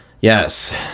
Yes